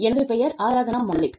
எனது பெயர் ஆரத்னா மாலிக்